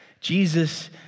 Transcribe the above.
Jesus